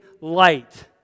light